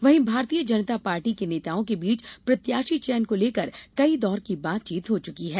वहीं भारतीय जनता पार्टी के नेताओं के बीच प्रत्याशी चयन को लेकर कई दौर की बातचीत हो चुकी है